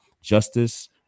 Justice